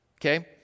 okay